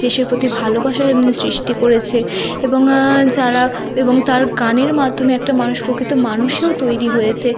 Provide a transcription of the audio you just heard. দেশের প্রতি ভালোবাসা সৃষ্টি করেছে এবং যারা এবং তাঁর গানের মাধ্যমে একটা মানুষ প্রকৃত মানুষও তৈরি হয়েছে